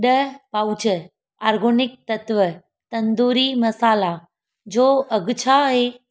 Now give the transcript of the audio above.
ॾह pouch organic तत्त्व तंदूरी मसाला जो अघु छा आहे